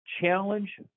challenge